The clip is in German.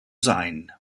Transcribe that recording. sein